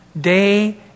day